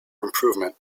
improvement